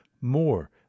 more